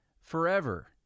forever